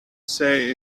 say